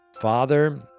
Father